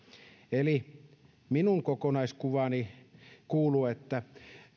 eli minun kokonaiskuvaani kuuluu että